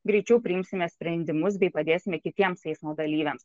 greičiau priimsime sprendimus bei padėsime kitiems eismo dalyviams